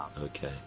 okay